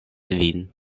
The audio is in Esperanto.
vin